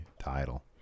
title